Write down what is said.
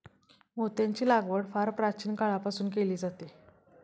मोत्यांची लागवड फार प्राचीन काळापासून केली जाते